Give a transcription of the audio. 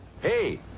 hey